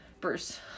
Bruce